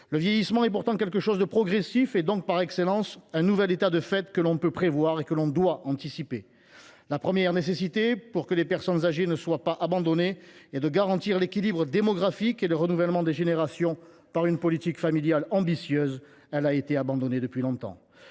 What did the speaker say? Le vieillissement est pourtant quelque chose de progressif, donc, par excellence, un nouvel état de fait que l’on peut prévoir et que l’on doit anticiper. La première nécessité, pour que les personnes âgées ne soient pas abandonnées, est de garantir l’équilibre démographique et le renouvellement des générations par une politique familiale ambitieuse. Elle a été abandonnée depuis longtemps.